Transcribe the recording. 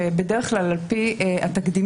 שבדרך כלל על פי התקדימים,